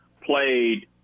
played